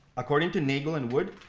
according to nagel and wood,